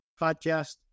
podcast